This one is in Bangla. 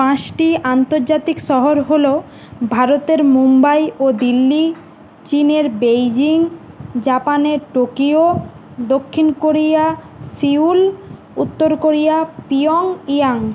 পাঁচটি আন্তর্জাতিক শহর হলো ভারতের মুম্বই ও দিল্লি চীনের বেজিং জাপানের টোকিও দক্ষিণ কোরিয়া সিওল উত্তর কোরিয়া পিয়ংইয়াং